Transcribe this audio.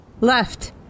Left